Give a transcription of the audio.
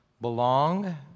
Belong